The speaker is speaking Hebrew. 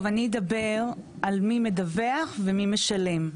אני אדבר על מי מדווח ומי משלם.